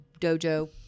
dojo